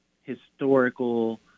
historical